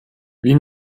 wie